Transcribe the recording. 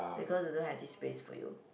because they don't have this space for you